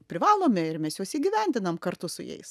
privalomi ir mes juos įgyvendinam kartu su jais